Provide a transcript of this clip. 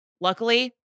Luckily